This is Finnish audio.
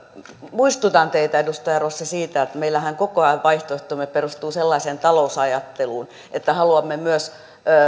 muistutan teitä edustaja rossi siitä että meillähän koko ajan vaihtoehtomme perustuu sellaiseen talousajatteluun että haluamme myös